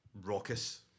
raucous